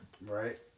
Right